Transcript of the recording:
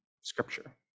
scripture